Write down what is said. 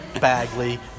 Bagley